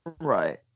Right